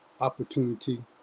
opportunity